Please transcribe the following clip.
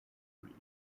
league